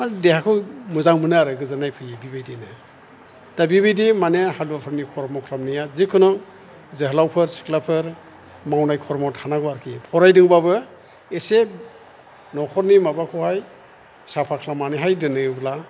हा देहाखौ मोजां मोनो आरो गोजोननाय फैयो बेबायदिनो दा बेबायदि मानि हादरफोरनि खरम खालामनाया जेखुन जोहोलावफोर सिख्लाफोर मावनाय खरम थानांगौ आरिखि फरायदोंबाबो एसे न'खरनि माबाखौहाय साफा खालामनानैहाय दोनोब्ला